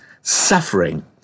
suffering